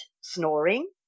snoring